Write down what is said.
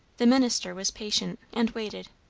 the minister was patient, and waited.